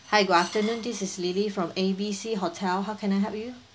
hi good afternoon this is lily from A B C hotel how can I help you